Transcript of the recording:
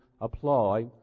apply